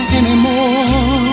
anymore